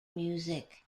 music